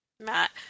matt